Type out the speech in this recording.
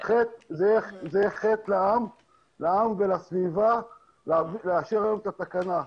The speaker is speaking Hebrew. זה יהיה חטא לעם ולסביבה לאשר היום את התקנה.